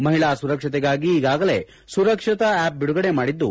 ಮಹಿಳಾ ಸುರಕ್ಷತೆಗಾಗಿ ಈಗಾಗಲೇ ಸುರಕ್ಷಾ ಆಪ್ ಬಿಡುಗಡೆ ಮಾಡಿದ್ದು